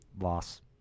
Loss